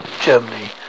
Germany